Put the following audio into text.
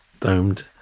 domed